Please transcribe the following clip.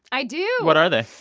i do what are they?